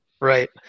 right